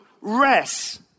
rest